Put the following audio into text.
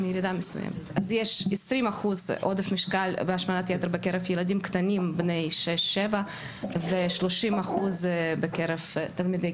יש 20% עודף משקל והשמנת יתר בקרב ילדים קטנים בני 7-6 ו-30% בקרב תלמידי